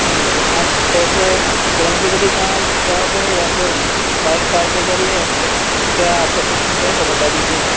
جی جی آپ کیسے ٹرین کے ذریعے جانا جاؤ گے یا فر بائک کار کے ذریعے یا کیا آپ کا سسٹم رہے گا وہ بتا دیجیے گا